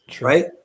right